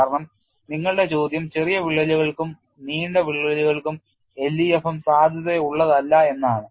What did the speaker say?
കാരണം നിങ്ങളുടെ ചോദ്യം ചെറിയ വിള്ളലുകൾക്കും നീണ്ട വിള്ളലുകൾക്കും LEFM സാധുതയുള്ളതല്ല എന്നാണ്